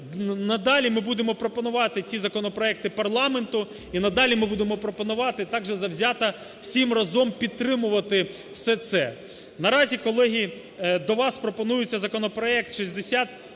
Надалі ми будемо пропонувати ці законопроекти парламенту, і надалі ми будемо пропонувати так же завзято всім разом підтримувати все це. Наразі, колеги, до вас пропонується законопроект 6490.